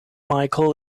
michael